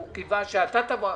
הוא קיווה שאתה תבוא,